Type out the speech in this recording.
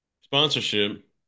Sponsorship